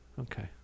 okay